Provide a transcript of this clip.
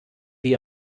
wie